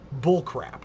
Bullcrap